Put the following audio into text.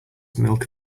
milk